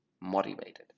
motivated